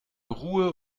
ruhe